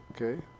Okay